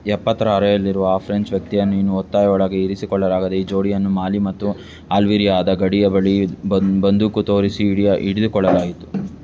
ಎಪ್ಪತ್ತರ ಹರೆಯದಲ್ಲಿರುವ ಆ ಫ್ರೆಂಚ್ ವ್ಯಕ್ತಿಯನ್ನು ಇನ್ನು ಒತ್ತಾಯೊಳಗೆ ಇರಿಸಿಕೊಳ್ಳಲಾಗದೆ ಈ ಜೋಡಿಯನ್ನು ಮಾಲಿ ಮತ್ತು ಅಲ್ಬೀರಿಯಾದ ಗಡಿಯ ಬಳಿ ಬಂ ಬಂದೂಕು ತೋರಿಸಿ ಹಿಡಿಯ ಹಿಡಿದುಕೊಳ್ಳಲಾಯಿತು